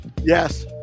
Yes